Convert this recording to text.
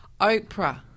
Oprah